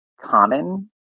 common